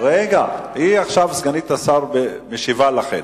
סגנית השר משיבה לכם.